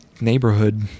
neighborhood